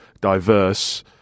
diverse